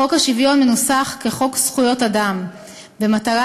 חוק השוויון מנוסח כחוק זכויות אדם במטרה